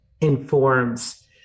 informs